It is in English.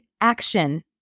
action